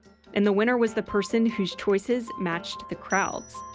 and the winner was the person whose choices matched the crowd's.